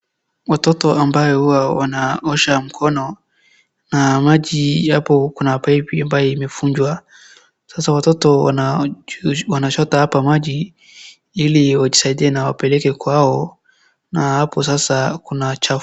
Watoto ambayo wanaosha mkono na maji hapo kuna pipe ambayo imevunjwa sasa watoto wanachota hapa maji ili wajisaidie na wapeleke kwao na hapo sasa kuna chafu.